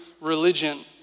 religion